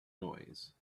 noise